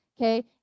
okay